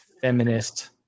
feminist